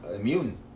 immune